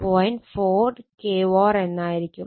4kVAr എന്നായിരിക്കും